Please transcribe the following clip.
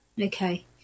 Okay